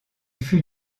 fut